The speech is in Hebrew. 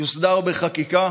יוסדר בחקיקה